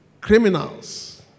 criminals